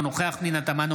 אינו נוכח פנינה תמנו,